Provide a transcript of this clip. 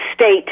state